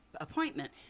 appointment